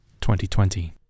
2020